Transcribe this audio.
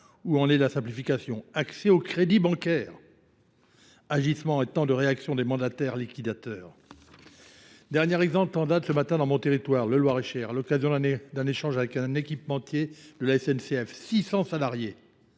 où en est la simplification, accès aux crédits bancaires, agissement et temps de réaction des mandataires liquidateurs. Dernier exemple, tendable ce matin dans mon territoire, le Loir-et-Cher, à l'occasion d'un échange avec un équipementier de la SNCF. 600 salariés,